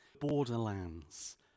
borderlands